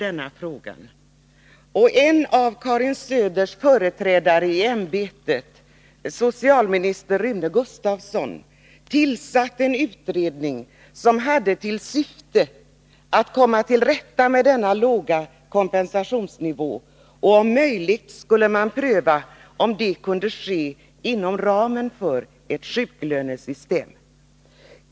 En av Karin Söders företrädare i ämbetet, socialminister Rune Gustavsson, tillsatte en utredning som hade till syfte att komma till rätta med denna låga kompensationsnivå. Om möjligt skulle man pröva om det kunde ske inom ramen för ett sjuklönesystem.